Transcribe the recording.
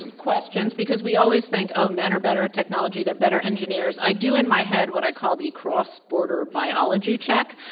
um questions, because we always think, oh, men are better at technology. they're better engineers. i do, in my head what i call the cross-border biology check?